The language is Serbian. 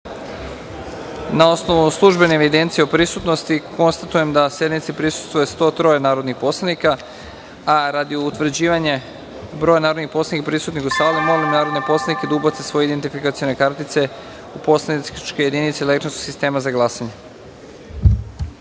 osnovu službene evidencije o prisutnosti narodnih poslanika, konstatujem da sednici prisustvuje 103 narodna poslanika. Radi utvrđivanja broja narodnih poslanika prisutnih u sali, molim narodne poslanike da ubace svoje identifikacione kartice u poslaničke jedinice elektronskog sistema za